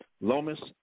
Lomas